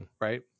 Right